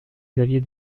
xavier